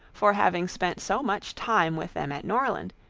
for having spent so much time with them at norland,